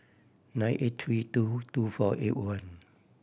nine eight three two two four eight one